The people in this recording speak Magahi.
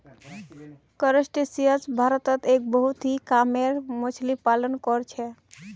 क्रस्टेशियंस भारतत एक बहुत ही कामेर मच्छ्ली पालन कर छे